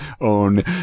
own